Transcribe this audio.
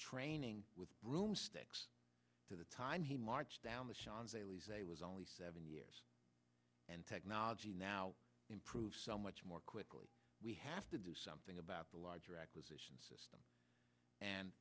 training with broomsticks to the time he marched down the seans ailey's they was only seven years and technology now improved so much more quickly we have to do something about the larger acquisition system and